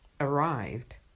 arrived